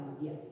Yes